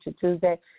Tuesday